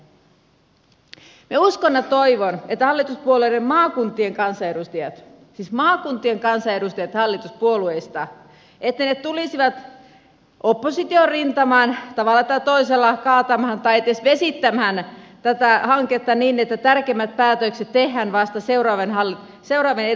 minä uskon ja toivon että maakuntien kansanedustajat hallituspuolueista tulisivat oppositiorintamaan tavalla tai toisella kaatamaan tai edes vesittämään tätä hanketta niin että tärkeimmät päätökset tehdään vasta seuraavien eduskuntavaalien jälkeen